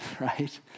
right